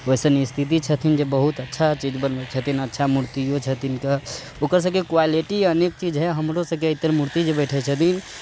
वैसन मिस्त्री छथिन जे बहुत अच्छा बनबैत छथिन अच्छा मूर्तियो छथिन तऽ ओकरसभके क्वालिटी अनेक चीज हइ हमरोसभके जे हइ मूर्ति जे बैठैत छथिन